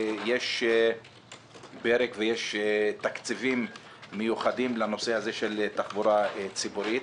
יש פרק ותקציבים מיוחדים לנושא הזה של תחבורה ציבורית.